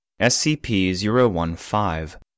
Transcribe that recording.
SCP-015